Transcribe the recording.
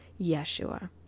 Yeshua